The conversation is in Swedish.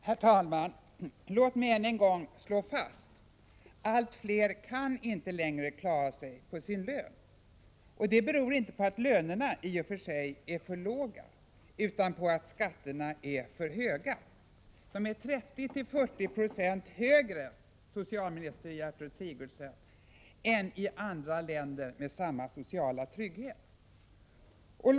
Herr talman! Låt mig än en gång slå fast: Allt fler kan inte längre klara sig på sin lön. Det beror inte på att lönerna i och för sig är för låga utan på att skatterna är för höga. Skatterna är 30-40 26 högre än i andra länder med samma sociala trygghet, socialminister Gertrud Sigurdsen!